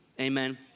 Amen